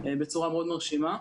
בצורה מאוד מרשימה.